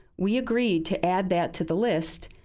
we agreed to add that to the list,